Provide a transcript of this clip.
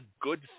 good